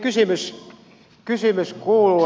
varsinainen kysymys kuuluu